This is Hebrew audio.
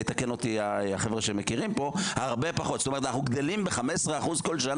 אנחנו גדלים ב-15% כל שנה.